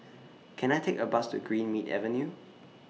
Can I Take A Bus to Greenmead Avenue